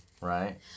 right